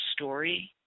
story